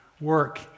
work